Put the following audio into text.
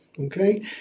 okay